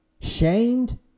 Shamed